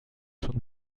schon